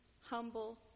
humble